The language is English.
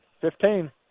Fifteen